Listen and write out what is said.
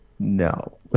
No